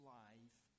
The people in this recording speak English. life